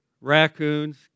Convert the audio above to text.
raccoons